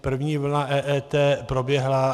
První vlna EET proběhla.